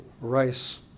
rice